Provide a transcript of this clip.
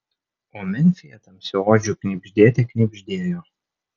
o memfyje tamsiaodžių knibždėte knibždėjo